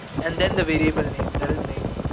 and then the variable name, that is name,